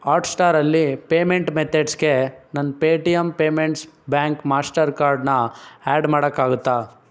ಆಟ್ಶ್ಟಾರಲ್ಲಿ payment ಮೆತಡ್ಸ್ಗೆ ನನ್ನ Paytm payments bank ಮಾಶ್ಟರ್ಕಾರ್ಡನ್ನ ಆ್ಯಡ್ ಮಾಡೋಕ್ಕಾಗುತ್ತಾ